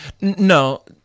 No